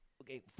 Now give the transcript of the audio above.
Okay